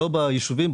לא ביישובים,